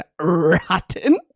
rotten